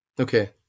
okay